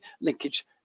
linkage